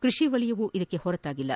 ಕೃಷಿ ವಲಯವೂ ಇದಕ್ಕೆ ಹೊರತಾಗಿಲ್ಲ